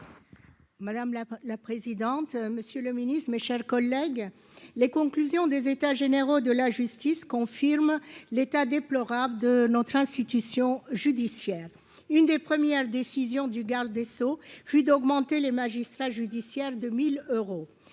Madame la la présidente, monsieur le Ministre, mes chers collègues, les conclusions des états généraux de la justice confirme l'état déplorable de notre institution judiciaire, une des premières décisions du garde des Sceaux, fut d'augmenter les magistrats judiciaires de 1000 euros